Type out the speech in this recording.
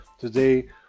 today